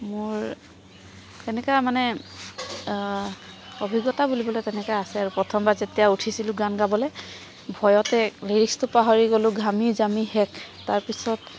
মোৰ তেনেকুৱা মানে অভিজ্ঞতা বুলিবলৈ তেনেকৈ আছে আৰু প্ৰথমবাৰ যেতিয়া উঠিছিলোঁ গান গাবলৈ ভয়তে লিৰিক্সটো পাহৰি গলোঁ ঘামি জামি শেষ তাৰপিছত